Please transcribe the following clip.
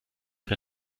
der